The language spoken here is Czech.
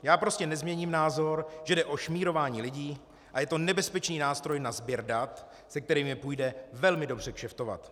Já prostě nezměním názor, že jde o šmírování lidí a je to nebezpečný nástroj na sběr dat, se kterými půjde velmi dobře kšeftovat.